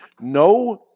No